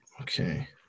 okay